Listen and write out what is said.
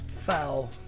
Foul